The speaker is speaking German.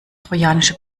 trojanische